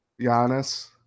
Giannis